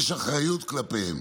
יש אחריות כלפיהם